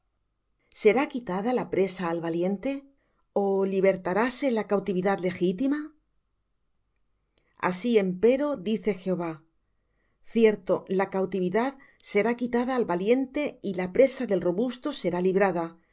será quitada la presa al valiente ó libertaráse la cautividad legítima así empero dice jehová cierto la cautividad será quitada al valiente y la presa del robusto será librada